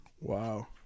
Wow